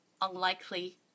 unlikely